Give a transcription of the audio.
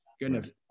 Goodness